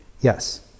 yes